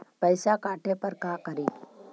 पैसा काटे पर का करि?